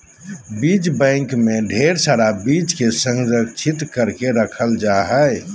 बीज बैंक मे ढेर सारा बीज के संरक्षित करके रखल जा हय